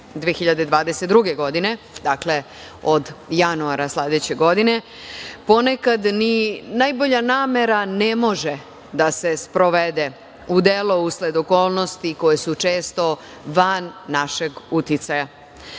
2022. godine, dakle od januara sledeće godine, ponekad ni najbolja namera ne može da se sprovede u delo usled okolnosti koje su često van našeg uticaja.